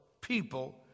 people